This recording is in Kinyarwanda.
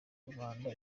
rubanda